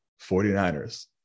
49ers